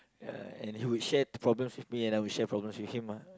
and he will share the problems with me and I will share problems with him ah